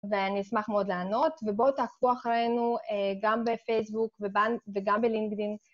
ואני אשמח מאוד לענות, ובואו תעשו אחרינו גם בפייסבוק וגם בלינקדינג.